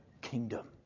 kingdom